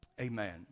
Amen